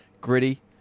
Gritty